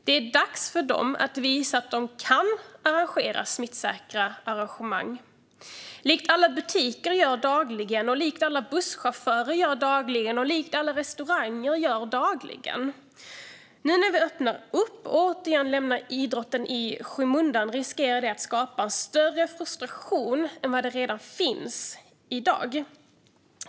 Det är dags att låta idrotten visa att man kan arrangera smittsäkra evenemang likt alla butiker gör dagligen, alla bussföretag gör dagligen och alla restauranger gör dagligen. Nu när vi öppnar upp och återigen lämnar idrotten i skymundan riskerar det att skapa större frustration än den som redan finns.